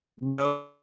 no